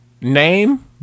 name